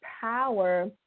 power